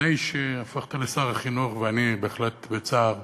לפני שהפכת לשר החינוך, ואני בהחלט בצער